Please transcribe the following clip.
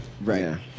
Right